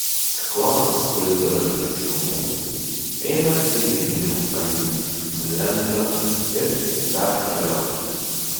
ciklonas kuris dabar viršum mūsų eina ligi niūfaundlendo ir dar toliau